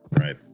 Right